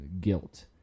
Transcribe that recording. guilt